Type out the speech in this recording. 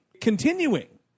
continuing